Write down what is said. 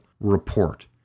report